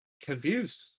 confused